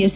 S